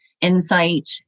insight